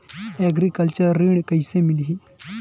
Agriculture ऋण कइसे मिलही?